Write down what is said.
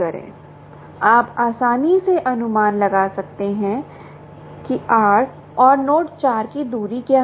आप आसानी से अनुमान लगा सकते हैं कि r और नोड 4 की दूरी क्या है